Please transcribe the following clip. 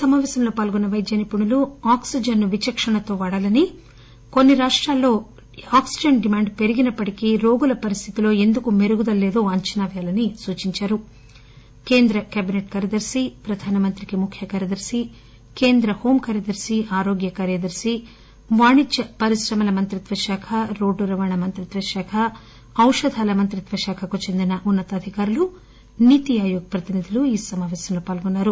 సమాపేశంలో పాల్గొన్న వైద్య నిపుణులు ఆక్సిబన్ను విచక్షణతో వాడాలని కోన్ని రాష్టాల్లో ఎందుకు ఆక్సిజన్ డిమాండ్ పెరిగినప్పటికీ రోగుల పరిస్దితులు ఎందుకు మెరుగుదల లేదు అంచనా పేయాలని వారు సూచిందారు కేంద్ర కేబిసెట్ కార్యదర్ని ప్రధానమంత్రికి ముఖ్య కార్యదర్శి కేంద్ర హోంకార్యదర్శి ఆరోగ్య కార్యదర్శి వాణిజ్య పరిశ్రమల మంత్రిత్వ శాఖ రోడ్డు రవాణా మంత్రిత్వ శాఖ ఔషధ మంత్రిత్వ శాఖకు చెందిన ఉన్నతాధికారులు నీతి ఆయోగ్ ప్రతినిధులు ఈ సమాపేశంలో పాల్గొన్నారు